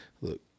look